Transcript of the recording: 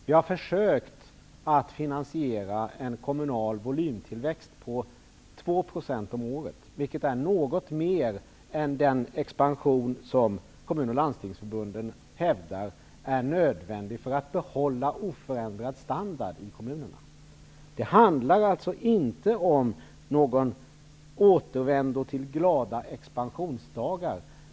Vi har försökt att finansiera en kommunal volymtillväxt på 2 % om året, vilket är något mer än den expansion som Kommun och Landstingsförbunden hävdar är nödvändig för att behålla oförändrad standard i kommunerna. Det handlar alltså inte om någon återvändo till glada expansionsdagar.